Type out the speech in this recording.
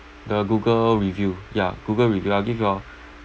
the google review ya google review I'll give you all